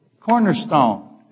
cornerstone